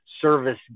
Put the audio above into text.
service